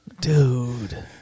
dude